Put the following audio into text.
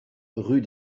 rue